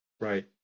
right